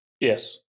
Yes